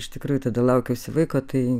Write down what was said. iš tikrųjų tada laukiausi vaiko tai